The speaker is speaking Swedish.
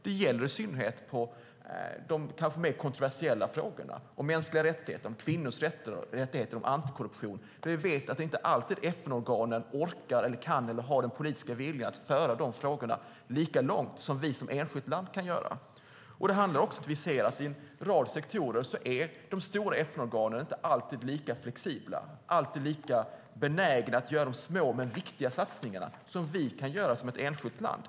Det gäller i synnerhet de kanske mer kontroversiella frågorna - mänskliga rättigheter, kvinnors rättigheter och anti-korruption. Vi vet att FN-organen inte alltid orkar, kan eller har den politiska viljan att föra de frågorna lika långt som vi som enskilt land kan göra. Vi ser också, i en rad sektorer, att de stora FN-organen inte alltid är lika flexibla. De är inte alltid lika benägna att göra de små men viktiga satsningarna, som vi kan göra som ett enskilt land.